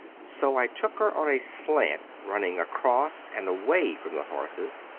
so i took her on a slant, running across and away from the horses,